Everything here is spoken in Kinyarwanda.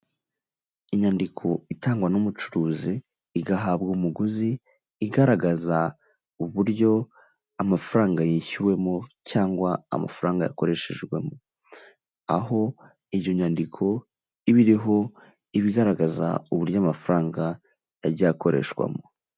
Inyandiko itangwa n'umucuruzi igahabwa umuguzi, igaragaraza uburyo amafaranga yishyuwemo cyangwa amafaranga yakoreshwejwemo, aho iyo nyandiko iba iriho ibigaragaza uburyo amafaranga yagiye akoreshejwemo.